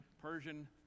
Persian